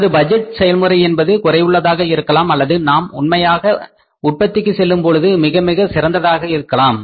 நமது பட்ஜெட் செயல்முறை என்பது குறை உள்ளதாக இருக்கலாம் அல்லது நாம் உண்மையான உற்பத்திக்கு செல்லும்பொழுது மிகமிக சிறந்ததாக இருக்கலாம்